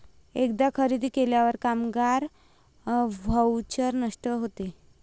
एकदा खरेदी केल्यावर कामगार व्हाउचर नष्ट होते